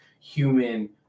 human